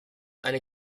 eine